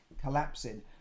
collapsing